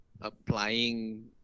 applying